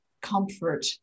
comfort